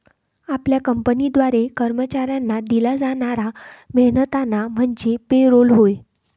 आपल्या कंपनीद्वारे कर्मचाऱ्यांना दिला जाणारा मेहनताना म्हणजे पे रोल होय